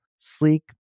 sleek